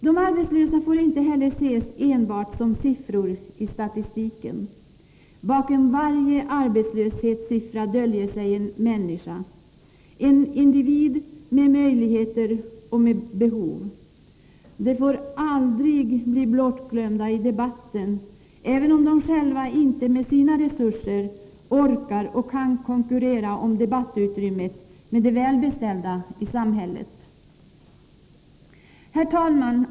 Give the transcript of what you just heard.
De arbetslösa får inte heller ses enbart som siffror i statistiken. Bakom varje arbetslöshetssiffra döljer sig en människa, en individ med möjligheter och med behov. De människorna får aldrig bli bortglömda i debatten, även om de inte själva med sina resurser orkar och kan konkurrera om debattutrymmet med de välbeställda i samhället. Herr talman!